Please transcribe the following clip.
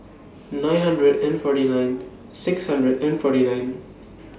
nine hundred and forty nine six hundred and forty nine